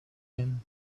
him